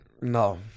No